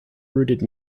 rooted